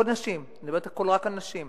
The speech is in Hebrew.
הכול נשים, אני מדברת הכול רק על נשים,